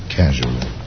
casually